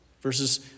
verses